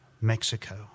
Mexico